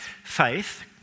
Faith